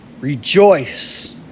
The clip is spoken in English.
rejoice